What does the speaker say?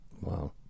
Wow